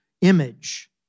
image